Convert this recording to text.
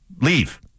Leave